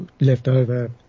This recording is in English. leftover